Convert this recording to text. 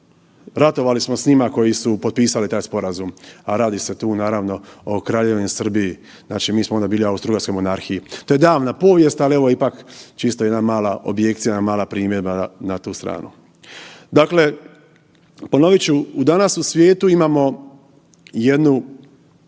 ratovali s njima koji su potpisali taj sporazum, a radi se tu naravno o Kraljevini Srbiji, znači mi smo onda bili u Austro-Ugarskoj monarhiji, to je davna povijest, ali evo ipak čisto jedna mala objekcija, jedna mala primjedba na tu stranu. Dakle, ponovit ću danas u svijetu imamo jednu